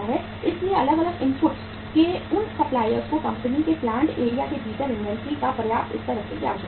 इसलिए अलग अलग इनपुट्स के उन सप्लायरों को कंपनी के प्लांट एरिया के भीतर इनवेंटरी का पर्याप्त स्तर रखने की आवश्यकता होती है